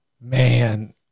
Man